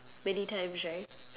many times right